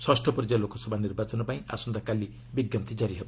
ଷଷ୍ଠ ପର୍ଯ୍ୟାୟ ଲୋକସଭା ନିର୍ବାଚନ ପାଇଁ ଆସନ୍ତାକାଲି ବିଜ୍ଞପ୍ତି ଜାରି ହେବ